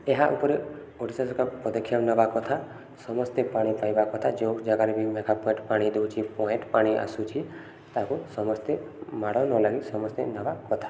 ଏହା ଉପରେ ଓଡ଼ିଶା ସରକାର ପଦକ୍ଷେପ ନେବା କଥା ସମସ୍ତେ ପାଣି ପାଇବା କଥା ଯେଉଁ ଜାଗାରେ ବି ମେଗା ପଏଣ୍ଟ ପାଣି ଦଉଛି ପଏଣ୍ଟ ପାଣି ଆସୁଛି ତାକୁ ସମସ୍ତେ ମାଡ଼ ନ ଲାଗି ସମସ୍ତେ ନେବା କଥା